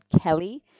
Kelly